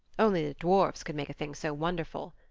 only the dwarfs could make a thing so wonderful.